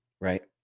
right